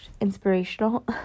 inspirational